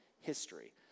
history